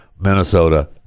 Minnesota